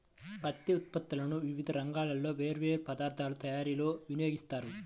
పత్తి ఉత్పత్తులను వివిధ రంగాల్లో వేర్వేరు పదార్ధాల తయారీలో వినియోగిస్తారు